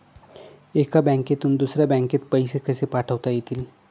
एका बँकेतून दुसऱ्या बँकेत पैसे कसे पाठवता येतील?